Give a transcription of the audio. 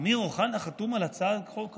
אמיר אוחנה חתום על הצעת החוק הזו?